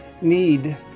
need